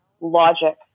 logic